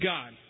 God